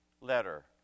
letter